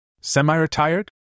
Semi-retired